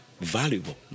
valuable